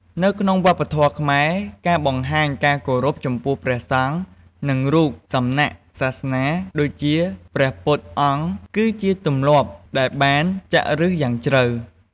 នៅក្នុងវប្បធម៌ខ្មែរ ការបង្ហាញការគោរពចំពោះព្រះសង្ឃ និងរូបសំណាកសាសនា ដូចជាព្រះពុទ្ធអង្គ គឺជាទម្លាប់ដែលបានចាក់ឫសយ៉ាងជ្រៅ។